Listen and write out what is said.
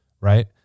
right